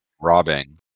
robbing